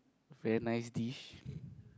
very nice dish